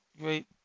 great